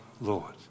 Lord